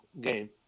Game